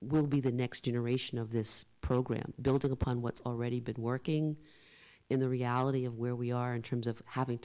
will be the next generation of this program build upon what's already been working in the reality of where we are in terms of having to